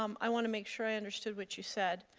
um i want to make sure i understood what you said.